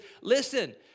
listen